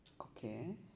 Okay